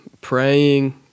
praying